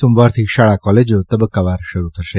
સોમવારતી શાળા કોલેજા તબક્કાવાર શરૂ થશે